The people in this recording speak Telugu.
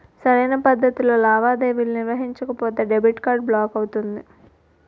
సరైన పద్ధతిలో లావాదేవీలు నిర్వహించకపోతే డెబిట్ కార్డ్ బ్లాక్ అవుతుంది